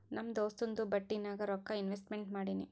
ನಮ್ ದೋಸ್ತುಂದು ಬಟ್ಟಿ ನಾಗ್ ರೊಕ್ಕಾ ಇನ್ವೆಸ್ಟ್ಮೆಂಟ್ ಮಾಡಿನಿ